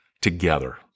together